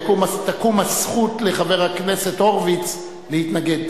תקום הזכות לחבר הכנסת הורוביץ להתנגד.